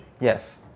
Yes